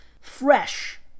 Fresh